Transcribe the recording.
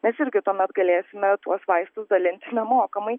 nes irgi tuomet galėsime tuos vaistus dalinti nemokamai